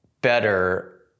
better